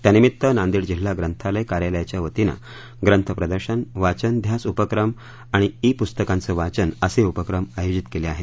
त्यानिमित्त नांदेड जिल्हा ग्रंथालय कार्यालयाच्या वतीनं ग्रंथ प्रदर्शन वाचनध्यास उपक्रम आणि ई पुस्तकांचं वाचन असे उपक्रम आयोजित केले आहेत